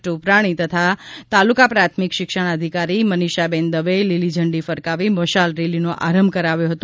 ટોપરાણી તથા તાલુકા પ્રાથમિક શિક્ષણાધિકારી મનિષાબેન દવેએ લીલી ઝંડી ફરકાવી મશાલ રેલીનો આરંભ કરાવ્યો હતો